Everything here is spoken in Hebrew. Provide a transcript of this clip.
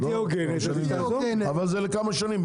אם היא תהיה הוגנת --- אבל זה לכמה שנים,